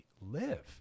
live